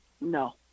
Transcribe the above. No